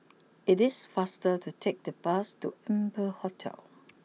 it is faster to take the bus to Amber Hotel